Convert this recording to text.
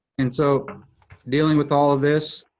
and so dealing with all of this,